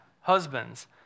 husbands